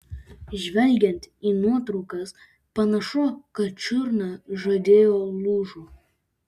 žvelgiant į nuotraukas panašu kad čiurna žaidėjui lūžo